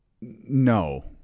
No